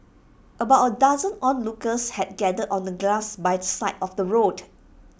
about A dozen onlookers had gathered on the grass by the side of the road